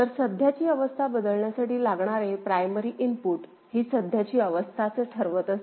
तर सध्याची अवस्था बदलण्यासाठी लागणारे प्रायमरी इनपुट ही सध्याची अवस्थाच ठरवते